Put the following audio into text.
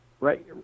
right